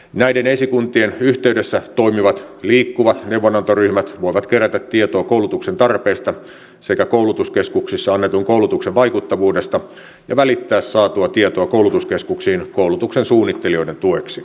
näiden esikuntien yhteydessä toimivat liikkuvat neuvonantoryhmät voivat kerätä tietoa koulutuksen tarpeesta sekä koulutuskeskuksissa annetun koulutuksen vaikuttavuudesta ja välittää saatua tietoa koulutuskeskuksiin koulutuksen suunnittelijoiden tueksi